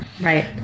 Right